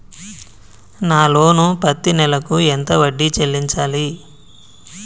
నా లోను పత్తి నెల కు ఎంత వడ్డీ చెల్లించాలి?